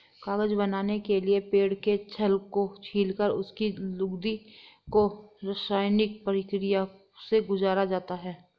कागज बनाने के लिए पेड़ के छाल को छीलकर उसकी लुगदी को रसायनिक प्रक्रिया से गुजारा जाता है